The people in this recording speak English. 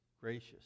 Gracious